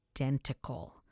identical